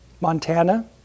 Montana